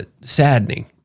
saddening